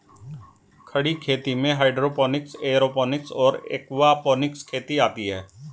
खड़ी खेती में हाइड्रोपोनिक्स, एयरोपोनिक्स और एक्वापोनिक्स खेती आती हैं